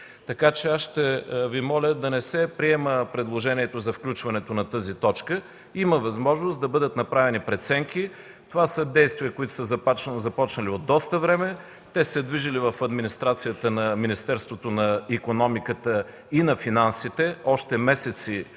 Ще Ви моля да не се приема предложението за включването на тази точка. Има възможност да бъдат направени преценки. Това са действия, които са започнали от доста време, движили са се в администрацията на Министерството на икономиката и Министерството на финансите още месеци